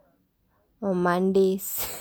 on mondays